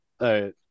right